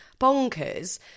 bonkers